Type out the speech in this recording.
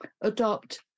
adopt